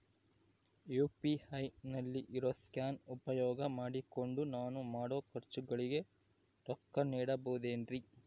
UPI ನಲ್ಲಿ ಇರೋ scan ಉಪಯೋಗ ಮಾಡಿಕೊಂಡು ನಾನು ಮಾಡೋ ಖರ್ಚುಗಳಿಗೆ ರೊಕ್ಕ ನೇಡಬಹುದೇನ್ರಿ?